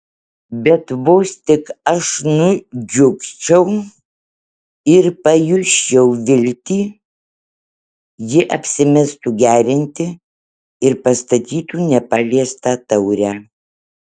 bet vos tik aš nudžiugčiau ir pajusčiau viltį ji apsimestų gerianti ir pastatytų nepaliestą taurę